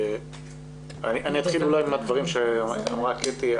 אני אתחיל מהדברים שאמרה קטי.